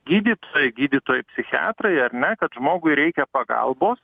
gydytojai gydytojai psichiatrai ar ne kad žmogui reikia pagalbos